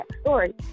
story